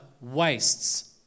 wastes